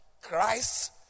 Christ